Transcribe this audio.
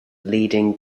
leading